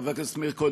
חבר הכנסת מאיר כהן,